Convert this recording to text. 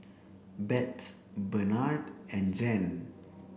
Bette Benard and Jann